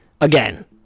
again